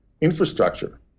infrastructure